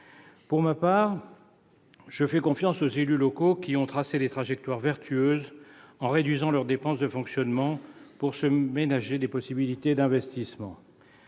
Pour ma part, je fais confiance aux élus locaux qui ont tracé des trajectoires vertueuses en réduisant leurs dépenses de fonctionnement pour se ménager des possibilités d'investissement.